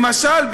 למשל,